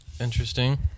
Interesting